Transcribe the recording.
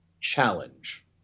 challenge